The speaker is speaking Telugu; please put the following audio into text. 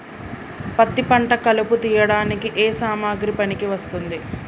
పత్తి పంట కలుపు తీయడానికి ఏ సామాగ్రి పనికి వస్తుంది?